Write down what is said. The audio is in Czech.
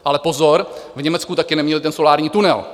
Ale pozor, v Německu také neměli ten solární tunel.